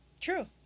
True